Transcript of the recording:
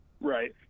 Right